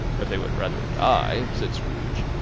if they would rather die, said scrooge,